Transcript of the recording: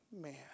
man